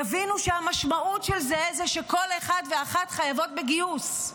יבינו שהמשמעות של זה זה שכל כל אחד ואחת חייבות בגיוס,